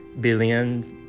billions